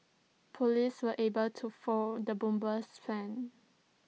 Police were able to foil the bomber's plans